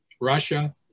Russia